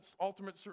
ultimate